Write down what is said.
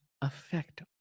affect